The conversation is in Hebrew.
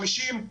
חמישים,